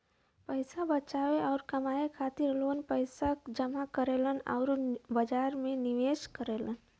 पैसा बचावे आउर कमाए खातिर लोग पैसा जमा करलन आउर बाजार में निवेश करलन